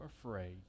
afraid